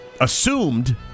assumed